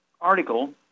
article